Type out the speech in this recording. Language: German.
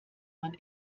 man